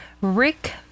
Rick